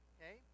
Okay